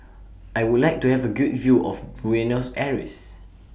I Would like to Have A Good View of Buenos Aires